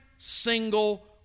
Single